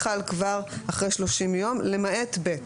כבר אחרי 30 יום למעט (ב)